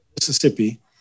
Mississippi